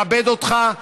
אני מכבד אותך,